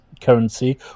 currency